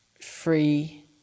free